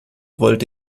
wollte